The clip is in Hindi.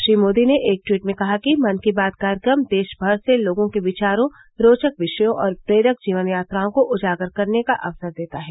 श्री मोदी ने एक ट्वीट में कहा कि मन की बात कार्यक्रम देशभर से लोगों के विचारों रोचक विषयों और प्रेरक जीवन यात्राओं को उजागर करने का अवसर देता है